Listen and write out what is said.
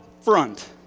front